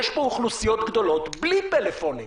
יש פה אוכלוסיות גדולות בלי פלאפונים.